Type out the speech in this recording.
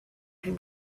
him